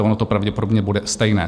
Ono to pravděpodobně bude stejné.